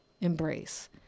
embrace